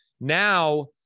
Now